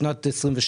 בשנת 2021,